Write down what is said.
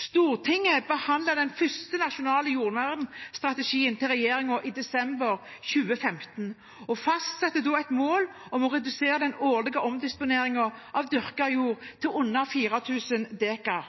Stortinget behandlet den første nasjonale jordvernstrategien til regjeringen i desember 2015 og fastsatte da et mål om å redusere den årlige omdisponeringen av dyrket jord til under 4 000 dekar.